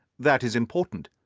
that is important.